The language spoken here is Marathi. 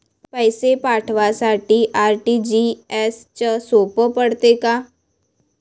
पैसे पाठवासाठी आर.टी.जी.एसचं सोप पडते का?